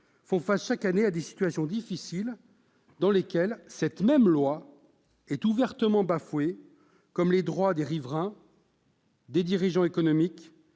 font face chaque année à des situations difficiles dans lesquelles cette même loi est ouvertement bafouée, comme le sont les droits des riverains, des dirigeants économiques,